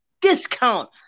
discount